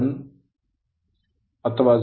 1 ರಿಂದ 0